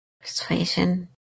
Persuasion